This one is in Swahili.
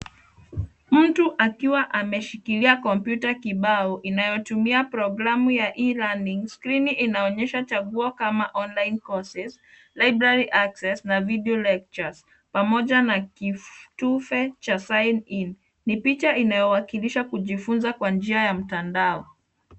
Mtu akiwa ameshikilia kompyuta kibao, inayotumia programu ya e learning .Skrini inaonyesha chaguo kama online courses, library access na video lectures, pamoja na kitufe cha sign in .Ni picha inayowakilisha kujifunza kwa njia ya mtandao.